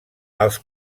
els